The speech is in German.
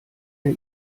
der